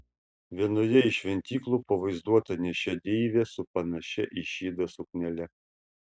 vienoje iš šventyklų pavaizduota nėščia deivė su panašia į šydą suknele